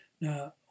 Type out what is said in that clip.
Now